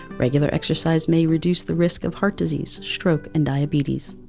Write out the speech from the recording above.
regular exercise may reduce the risk of heart disease, stroke, and diabetes.